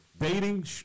Dating